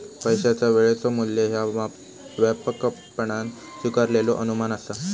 पैशाचा वेळेचो मू्ल्य ह्या व्यापकपणान स्वीकारलेलो अनुमान असा